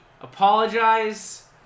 apologize